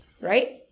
right